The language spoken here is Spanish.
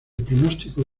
pronóstico